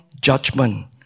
judgment